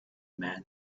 man